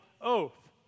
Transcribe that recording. oath